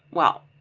well,